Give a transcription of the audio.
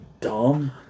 dumb